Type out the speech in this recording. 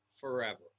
forever